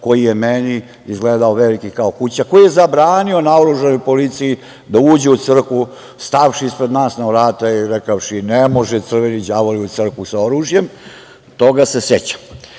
koji je meni izgledao veliki kao kuća, koji je zabranio naoružanoj policiji da uđe u crkvu, stavši ispred nas na vrata i rekavši – ne može crveni đavoli u crkvu sa oružjem, toga se sećam. Dakle,